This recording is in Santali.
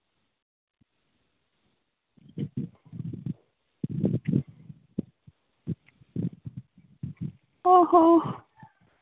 ᱚ ᱦᱚ